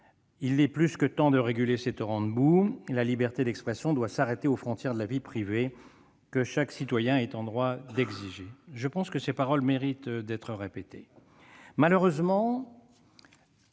Il est grand temps de réguler les torrents de boue [...] La liberté d'expression doit s'arrêter aux frontières de la vie privée que chaque citoyen est en droit d'exiger. » Ces paroles méritent, me